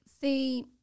See